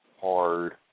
hard